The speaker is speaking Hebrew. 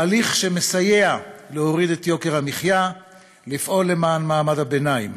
הליך שמסייע להוריד את יוקר המחיה ולפעול למען מעמד הביניים.